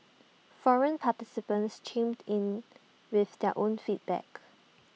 forum participants chimed in with their own feedback